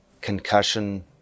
concussion